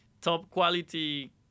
top-quality